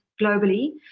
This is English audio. globally